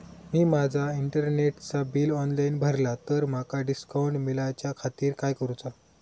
मी माजा इंटरनेटचा bill online भरला तर माका डिस्काउंट मिलाच्या खातीर काय करुचा?